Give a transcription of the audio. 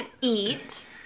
Eat